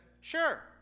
sure